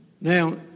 Now